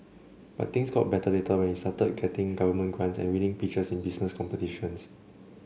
but things got better later when he started getting government grants and winning pitches in business competitions